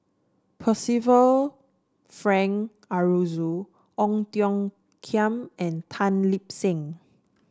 Percival Frank Aroozoo Ong Tiong Khiam and Tan Lip Seng